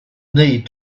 need